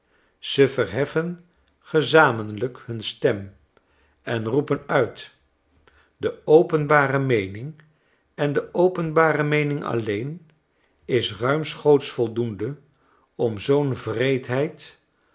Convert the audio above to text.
ze verheffen gezamenlijk hun stem en roepen uit de openbare meening en de openbare meening alleen is ruimschoots voldoende om zoo'n